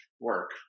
work